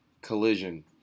collision